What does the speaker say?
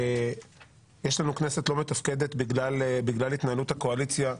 שיש לנו כנסת לא מתפקדת בגלל התנהלות הקואליציה הדורסנית,